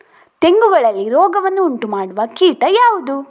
ತೆಂಗುಗಳಲ್ಲಿ ರೋಗವನ್ನು ಉಂಟುಮಾಡುವ ಕೀಟ ಯಾವುದು?